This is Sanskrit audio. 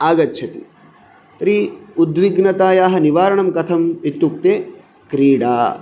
आगच्छति तर्हि उद्विघ्नतायाः निवारणं कथम् इत्युक्ते क्रीडा